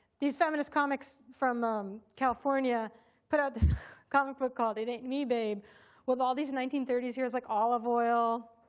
these feminist comics from california put out this comic book called it ain't me, babe with all these nineteen thirty s heroes like olive oyl,